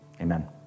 Amen